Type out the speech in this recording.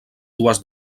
dues